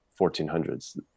1400s